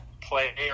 play